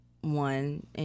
one